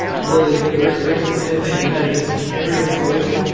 really, we're experiencing the same thing. we had this cambrian explosion.